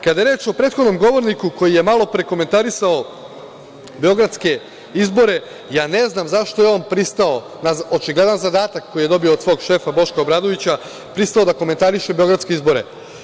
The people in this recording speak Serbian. Kada je reč o prethodnom govorniku, govorniku koji je malopre komentarisao beogradske izbore, ja ne znam zašto je on pristao na očigledan zadatak koji je dobio od svog šefa Boška Obradovića, pristao da komentariše beogradske izbore.